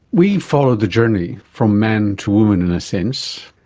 we followed the journey from man to woman in a sense,